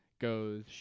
goes